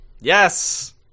Yes